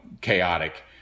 chaotic